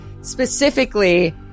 specifically